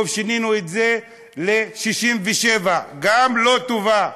טוב, שינינו את זה ל-67' גם לא טובה.